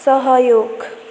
सहयोग